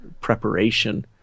preparation